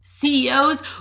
CEOs